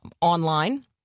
online